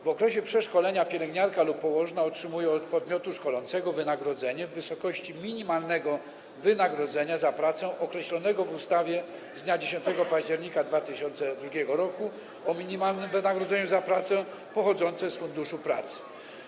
W okresie przeszkolenia pielęgniarka lub położna otrzymuje od podmiotu szkolącego wynagrodzenie w wysokości minimalnego wynagrodzenia za pracę określonego w ustawie z 10 października 2002 r. o minimalnym wynagrodzeniu za prace, pochodzące z Funduszu Pracy.